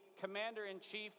commander-in-chief